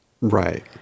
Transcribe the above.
Right